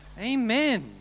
Amen